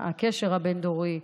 הקשר הבין-דורי,